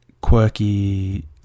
quirky